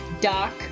doc